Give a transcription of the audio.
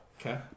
Okay